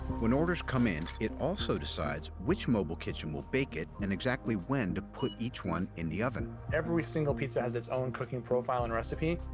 when orders come in, it also decides which mobile kitchen will bake it, and exactly when to put each one in the oven. every single pizza has its own cooking profile and recipe.